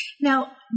now